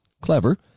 clever